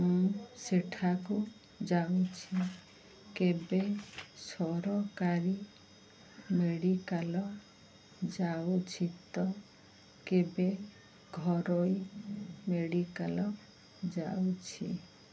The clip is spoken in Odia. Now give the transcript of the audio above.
ମୁଁ ସେଠାକୁ ଯାଉଛି କେବେ ସରକାରୀ ମେଡ଼ିକାଲ୍ ଯାଉଛି ତ କେବେ ଘରୋଇ ମେଡ଼ିକାଲ୍ ଯାଉଛି